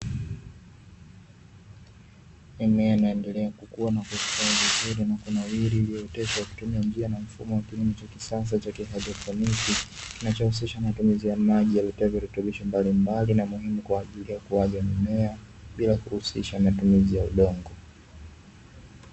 Mimea inaendelea kukua vizuri na kunawiri, iliyoteshwa kutumia na mfumo wa kilimo cha kisasa cha haidroponiki, kinachohusishwa na matumizi ya maji yaletayo virutubisho mbalimbali na muhimu, kwa ajili ya ukuaji mimea bila kuhusisha matumizi ya udongo.